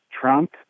Trump